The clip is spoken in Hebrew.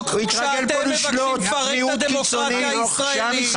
כשאתם מבקשים לפרק את הדמוקרטיה הישראלית.